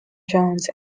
jones